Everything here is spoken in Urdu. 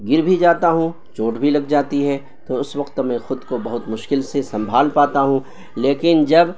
گر بھی جاتا ہوں چوٹ بھی لگ جاتی ہے تو اس وقت میں خود کو بہت مشکل سے سنبھال پاتا ہوں لیکن جب